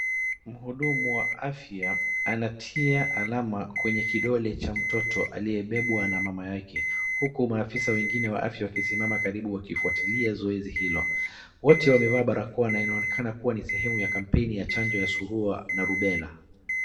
Mhufumu wa afya anatia alama kwenye kidole cha mtoto aliyebebwa na mama yake huku maafisa wengine wakisimama karibu wakifuatilia zoezi hilo. Wote wamevaa barakoa na inonekana kuwa ni sehemu ya kampeni ya chanjo ya Surua na Rubella.